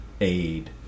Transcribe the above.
aid